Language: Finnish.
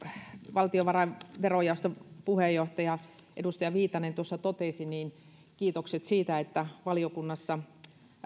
valtiovarain verojaoston puheenjohtaja edustaja viitanen tuossa totesi niin kiitokset siitä että valiokunnassa